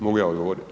Mogu ja odgovoriti?